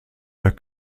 der